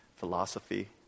philosophy